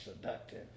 seductive